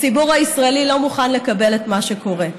הציבור הישראלי לא מוכן לקבל את מה שקורה.